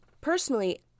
personally